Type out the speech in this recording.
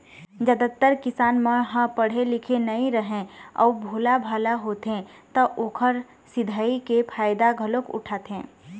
जादातर किसान मन ह पड़हे लिखे नइ राहय अउ भोलाभाला होथे त ओखर सिधई के फायदा घलोक उठाथें